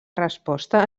resposta